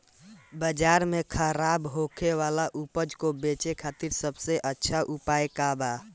बाजार में खराब होखे वाला उपज को बेचे के खातिर सबसे अच्छा उपाय का बा?